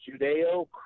Judeo